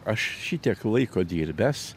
aš šitiek laiko dirbęs